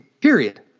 Period